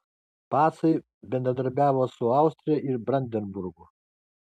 pacai bendradarbiavo su austrija ir brandenburgu